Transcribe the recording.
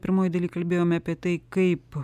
pirmoj daly kalbėjome apie tai kaip